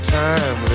time